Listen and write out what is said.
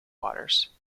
waters